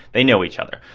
they know each other.